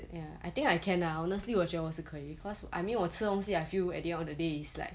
ya I think I can lah honestly 我觉得我是可以 cause I mean 我吃东西 I feel at the end of the day it's like